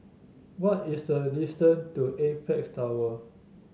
what is the distance to Apex Tower